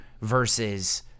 versus